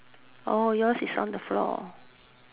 yours is on the floor